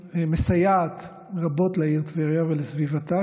מסייעת רבות לעיר טבריה ולסביבתה,